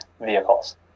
vehicles